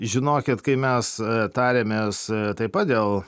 žinokit kai mes tarėmės taip pat dėl